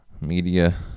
media